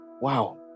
Wow